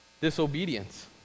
disobedience